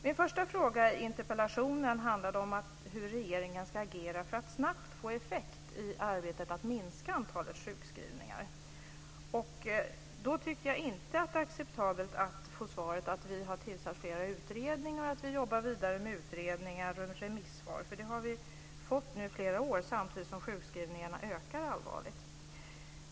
Min första fråga i interpellationen handlar om hur regeringen ska agera för att snabbt få effekt i arbetet med att minska antalet sjukskrivningar. Då är det inte acceptabelt att få svaret: Vi har tillsatt flera utredningar och vi jobbar vidare med utredningar och remissvar. Det har vi ju fått i flera år, samtidigt som antalet sjukskrivningar allvarligt ökar.